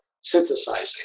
synthesizing